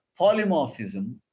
polymorphism